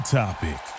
topic